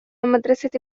المدرسة